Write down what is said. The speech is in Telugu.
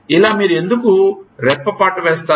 ఇలా మీరు ఎందుకు రెప్పపాటు వేస్తారు